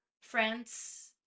France